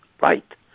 Right